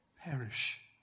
perish